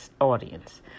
audience